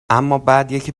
امابعدیکی